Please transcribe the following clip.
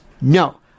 No